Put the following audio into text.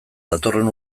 datorren